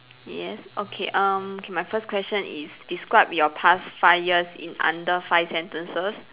yes okay um okay my first question is describe your past five years in under five sentences